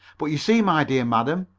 but you see, my dear madam,